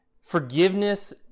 forgiveness